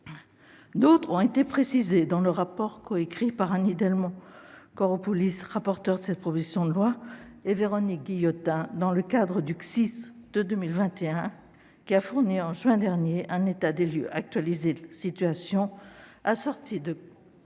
éléments ont été précisés dans le rapport coécrit par Annie Delmont-Koropoulis, rapporteure de cette proposition de loi, et Véronique Guillotin dans le cadre du CSIS de 2021, qui a fourni en juin dernier un état des lieux actualisé de la situation, assorti de